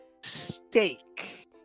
steak